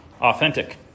authentic